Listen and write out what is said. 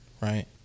right